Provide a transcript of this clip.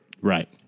Right